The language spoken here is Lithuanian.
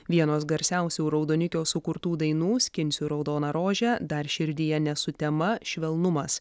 vienos garsiausių raudonikio sukurtų dainų skinsiu raudoną rožę dar širdyje ne sutema švelnumas